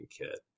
kit